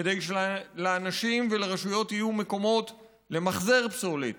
כדי שלאנשים ולרשויות יהיו מקומות למחזר פסולת,